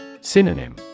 Synonym